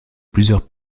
plusieurs